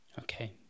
Okay